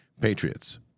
Patriots